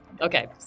Okay